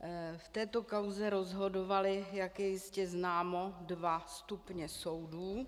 V této kauze rozhodovaly, jak je jistě známo, dva stupně soudů.